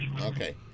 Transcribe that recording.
okay